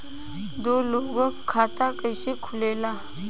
दो लोगक खाता कइसे खुल्ला?